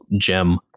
gem